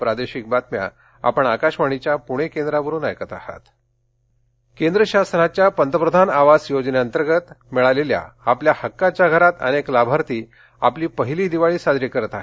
प्रधानमंत्री आवास योजना केंद्र शासनाच्या पंतप्रधान आवास योजनेवंतर्गत मिळालेल्या आपल्या हक्काच्या घरात अनेक लाभार्थी आपली पहिली दिवाळी साजरी करत आहेत